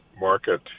market